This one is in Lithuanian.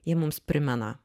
jie mums primena